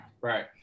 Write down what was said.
right